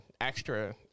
extra